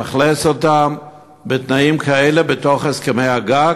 לאכלס אותם בתנאים כאלה בתוך הסכמי הגג